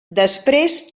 després